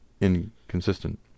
inconsistent